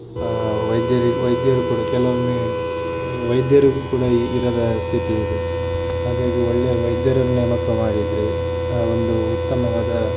ವೈದ್ಯರಿ ವೈದ್ಯರು ಕೂಡ ಕೆಲವೊಮ್ಮೆ ವೈದ್ಯರು ಕೂಡ ಇರದ ಸ್ಥಿತಿ ಇದೆ ಹಾಗಾಗಿ ಒಳ್ಳೆಯ ವೈದ್ಯರನ್ನು ನೇಮಕ ಮಾಡಿದರೆ ಒಂದು ಉತ್ತಮವಾದ